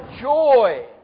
joy